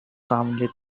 commonly